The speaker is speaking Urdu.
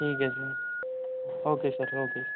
ٹھیک ہے سر اوکے سر اوکے